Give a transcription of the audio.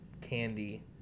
candy